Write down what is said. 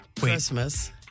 Christmas